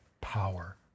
power